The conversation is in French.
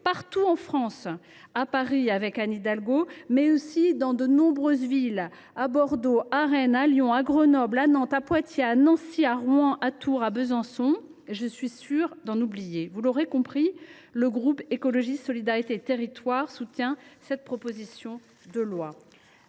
partout en France, que ce soit à Paris avec Anne Hidalgo ou dans de nombreuses autres villes, comme à Bordeaux, à Rennes, à Lyon, à Grenoble, à Nantes, à Poitiers, à Nancy, à Rouen, à Tours ou à Besançon. Je suis sûre d’en oublier ! Comme vous l’aurez compris, le groupe Écologiste – Solidarité et Territoires soutient cette proposition de loi.